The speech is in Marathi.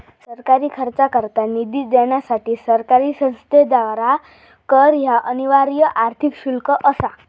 सरकारी खर्चाकरता निधी देण्यासाठी सरकारी संस्थेद्वारा कर ह्या अनिवार्य आर्थिक शुल्क असा